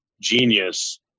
Genius